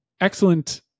excellent